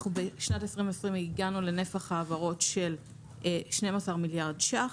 בשנת 2020 הגענו לנפח העברות של 12 מיליארד שקלים.